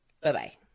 Bye-bye